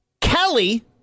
Kelly